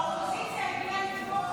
האופוזיציה מצילה אותנו.